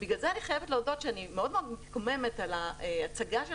ובגלל זה אני חייבת להודות שאני מאוד מאוד מתקוממת על ההצגה של